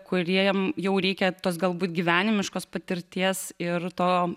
kuriem jau reikia tos galbūt gyvenimiškos patirties ir to